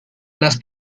las